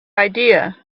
idea